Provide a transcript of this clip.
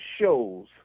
shows